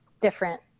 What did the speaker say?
different